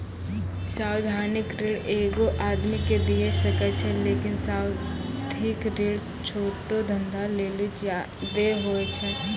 सावधिक ऋण एगो आदमी के दिये सकै छै लेकिन सावधिक ऋण छोटो धंधा लेली ज्यादे होय छै